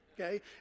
okay